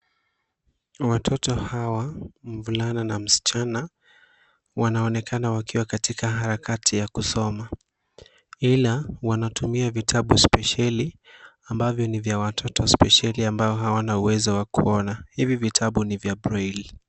Watoto hawa, mvulana na msichana, wanaonekana wakiwa katika harakati ya kusoma, ila, wanatumia vitabu spesheli ambavyo ni vya watoto spesheli ambao hawana uwezo wa kuona. Hivi vitabu ni vya braille .